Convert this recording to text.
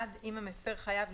אם המפר חייב,